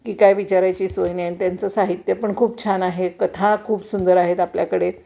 की काय विचारायची सोय नाही आणि त्यांचं साहित्य पण खूप छान आहे कथा खूप सुंदर आहेत आपल्याकडे